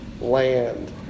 land